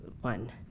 one